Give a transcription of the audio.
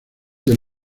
del